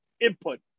input